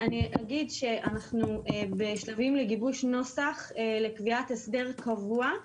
אני אגיד שאנחנו בשלבים לגיבוש נוסח לקביעת הסדר קבוע,